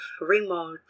remote